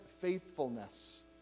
faithfulness